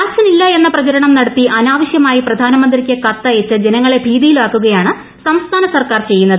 vaccine ഇല്ല എന്ന പ്രചരണം നടത്തി അനാവശ്യമായി പ്രധാനമന്ത്രിക്ക് കത്തയച്ച് ജനങ്ങളെ ഭീതിയിലാക്കുകയാണ് സംസ്ഥാന സർക്കാർ ചെയ്യുന്നത്